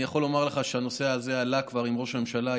אני יכול לומר לך שהנושא הזה עלה כבר עם ראש הממשלה.